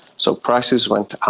so prices went up,